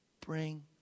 bring